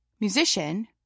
musician